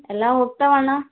ಎಲ್ಲ ಹೋಗ್ತಾವೆ ಅಣ್ಣ